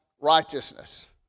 righteousness